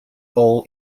all